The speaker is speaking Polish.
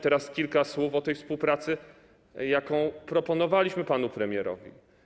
Teraz kilka słów o współpracy, jaką proponowaliśmy panu premierowi.